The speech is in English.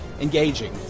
engaging